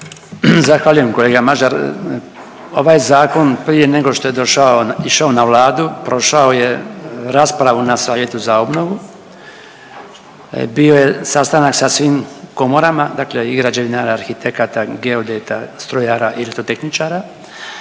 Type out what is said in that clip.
Zahvaljujem kolega Mažar. Ovaj zakon prije nego što je došao, išao na Vladu prošao je raspravu na savjetu za obnovu, bio je sastanak sa svim komorama, dakle i građevinara, arhitekata, geodeta, strojara i elektrotehničara,